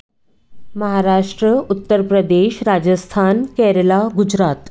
Maharashtra Uttar Pradesh Rajasthan Kerala Gujarat